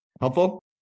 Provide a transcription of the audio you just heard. helpful